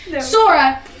Sora